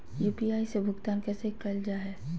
UPI से भुगतान कैसे कैल जहै?